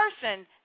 person